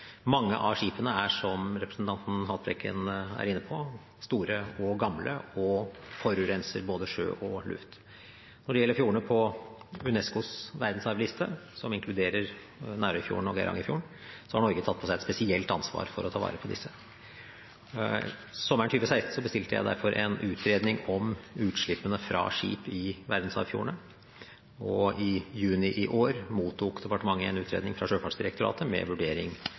Mange av skipene er, som representanten Haltbrekken er inne på, store og gamle og forurenser både sjø og luft. Når det gjelder fjordene på UNESCOs verdensarvliste, som inkluderer Nærøyfjorden og Geirangerfjorden, har Norge tatt på seg et spesielt ansvar for å ta vare på disse. Sommeren 2016 bestilte jeg derfor en utredning om utslippene fra skip i verdensarvfjordene, og i juni i år mottok departementet en utredning fra Sjøfartsdirektoratet med en vurdering